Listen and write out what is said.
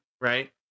Right